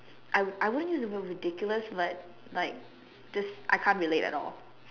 I I won't be ridiculous but like this I can't relate at all